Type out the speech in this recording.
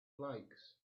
flakes